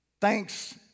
thanks